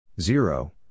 zero